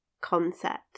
concepts